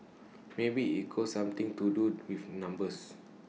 maybe it's go something to do with numbers